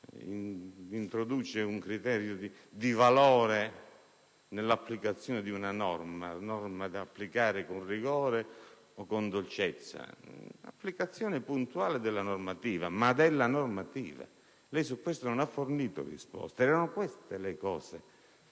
introduce un criterio di valore nell'applicazione della norma (norma da applicare con rigore o con dolcezza). Parlerei piuttosto di applicazione puntuale della normativa, ma della normativa. Lei su questo non ha fornito risposte. Erano questi gli